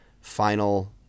final